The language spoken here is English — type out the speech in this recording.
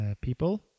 people